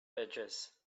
edges